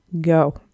go